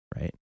Right